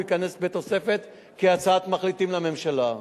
הוא ייכנס בתוספת כהצעת מחליטים לממשלה.